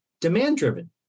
demand-driven